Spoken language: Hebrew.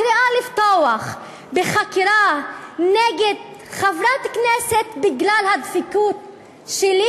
הקריאה לפתוח בחקירה נגד חברת כנסת בגלל הדבקות שלי